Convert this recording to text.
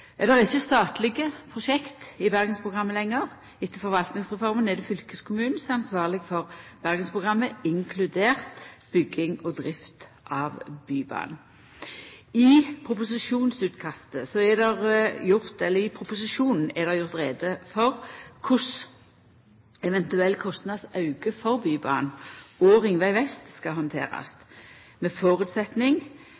grunnerverv. Det er ikkje statlege prosjekt i Bergensprogrammet lenger. Etter forvaltningsreforma er det fylkeskommunen som er ansvarleg for Bergensprogrammet, inkludert bygging og drift av Bybanen. I proposisjonen er det gjort greie for korleis eventuell kostnadsauke for Bybanen og Ringveg vest skal handterast.